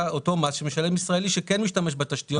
מס שמשלם ישראלי שכן משתמש בתשתיות.